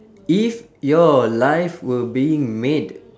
if your life were being made